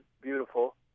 beautiful